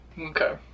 Okay